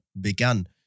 began